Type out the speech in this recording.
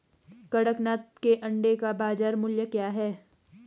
कड़कनाथ के अंडे का बाज़ार मूल्य क्या है?